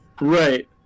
Right